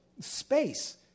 space